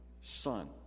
son